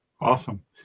Awesome